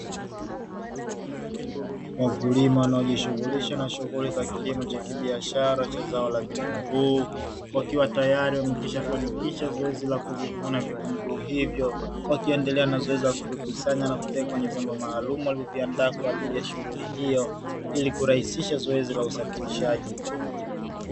Wakulima wanaojishughulisha na shughuli za kilimo cha kibiashara, cha zao la vitunguu, wakiwa tayari wamekwisha fanikisha zoezi la kuvuna vitunguu hivyo, wakiendelea na zoezi la kuvikusanya na kuviweka kwenye vyombo maalumu walivyoviandaa kwa ajili ya shughuli hiyo, ili kurahisisha zoezi la usafirishaji.